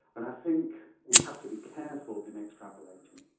and i think we have to be careful in extrapolating.